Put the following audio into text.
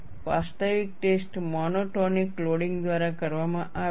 વાસ્તવિક test monotonic loading દ્વારા કરવામાં આવે છે